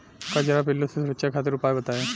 कजरा पिल्लू से सुरक्षा खातिर उपाय बताई?